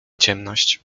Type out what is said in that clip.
ciemność